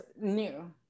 new